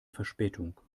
verspätung